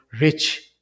rich